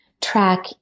track